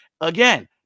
Again